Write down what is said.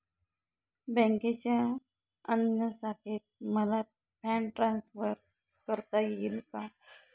बँकेच्या अन्य शाखेत मला फंड ट्रान्सफर करता येईल का?